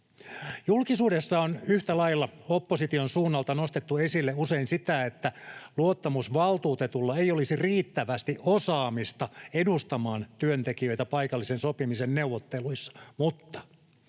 Julkisuudessa on yhtä lailla opposition suunnalta nostettu esille usein sitä, että luottamusvaltuutetulla ei olisi riittävästi osaamista edustamaan työntekijöitä paikallisen sopimisen neuvotteluissa. Mutta